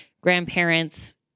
grandparents